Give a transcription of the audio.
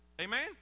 Amen